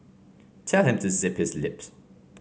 tell him to zip his lip